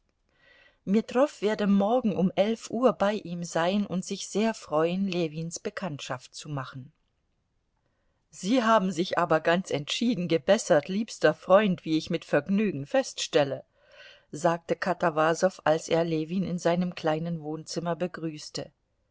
metrow werde morgen um elf uhr bei ihm sein und sich sehr freuen ljewins bekanntschaft zu machen sie haben sich aber ganz entschieden gebessert liebster freund wie ich mit vergnügen feststelle sagte katawasow als er ljewin in seinem kleinen wohnzimmer begrüßte